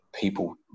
people